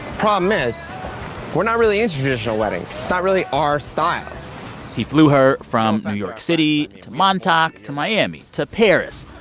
problem is we're not really into traditional weddings. it's not really our style he flew her from new york city to montauk, to miami, to paris.